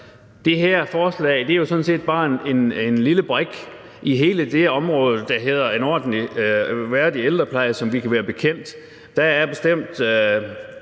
Det her forslag er jo sådan set bare en lille brik i hele det område, der hedder en ordentlig, værdig ældrepleje, som vi kan være bekendt. Der er bestemt